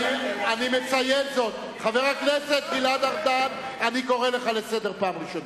אני מציין זאת, אני קורא לך לסדר פעם ראשונה.